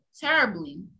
terribly